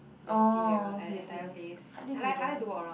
orh okay okay hardly go there